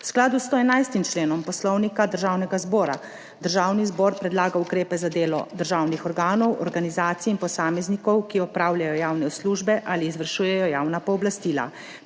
skladu s 111. členom Poslovnika Državnega zbora, Državni zbor predlaga ukrepe za delo državnih organov, organizacij in posameznikov, ki opravljajo javne službe ali izvršujejo javna pooblastila.